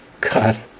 God